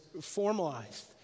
formalized